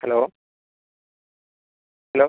hello hello